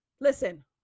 listen